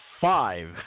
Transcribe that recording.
five